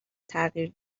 تغییر